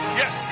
yes